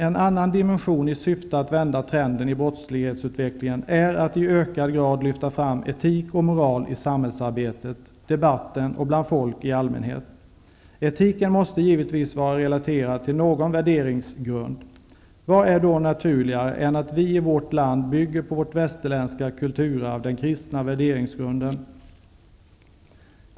En annan dimension i syfte att vända trenden i brottslighetsutvecklingen är att i ökad grad lyfta fram etik och moral i samhällsarbetet, debatten och bland folk i allmänhet. Etiken måste givetvis vara relaterad till någon värderingsgrund. Vad är då naturligare än att vi i vårt land bygger på vårt västerländska kulturarv, den kristna värderingsgrunden?